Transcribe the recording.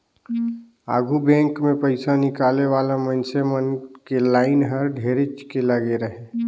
आघु बेंक मे पइसा निकाले वाला मइनसे मन के लाइन हर ढेरेच के लगे रहें